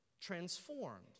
transformed